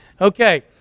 Okay